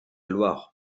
loire